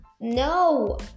no